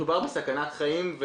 מדובר בסכנת חיים,